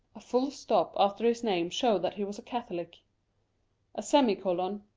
a full stop after his name showed that he was a catholic a semicolon,